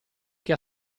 che